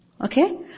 okay